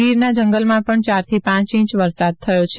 ગીરના જંગલમાં પણ ચારથી પાંચ ઇંચ વરસાદ થયો છે